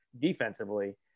defensively